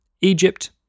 egypt